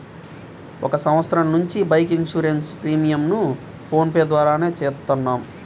ఒక సంవత్సరం నుంచి బైక్ ఇన్సూరెన్స్ ప్రీమియంను ఫోన్ పే ద్వారానే చేత్తన్నాం